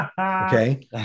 Okay